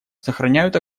сохраняют